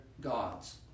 gods